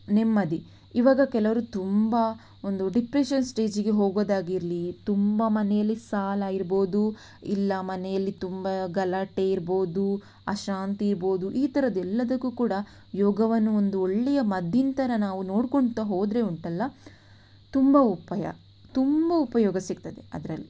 ನೆಮ್ಮದಿ ಈವಾಗ ಕೆಲವರು ತುಂಬ ಒಂದು ಡಿಪ್ರೆಶನ್ ಸ್ಟೇಜಿಗೆ ಹೋಗೋದಾಗಿರಲಿ ತುಂಬ ಮನೆಯಲ್ಲಿ ಸಾಲ ಇರಬಹುದು ಇಲ್ಲ ಮನೆಯಲ್ಲಿ ತುಂಬ ಗಲಾಟೆ ಇರಬಹುದು ಅಶಾಂತಿ ಇರಬಹುದು ಈ ಥರದ್ದು ಎಲ್ಲದಕ್ಕೂ ಕೂಡ ಯೋಗವನ್ನು ಒಂದು ಒಳ್ಳೆಯ ಮದ್ದಿನ ಥರ ನಾವು ನೋಡ್ಕೊಂತಾ ಹೋದರೆ ಉಂಟಲ್ಲ ತುಂಬ ಉಪಯ ತುಂಬ ಉಪಯೋಗ ಸಿಗ್ತದೆ ಅದರಲ್ಲಿ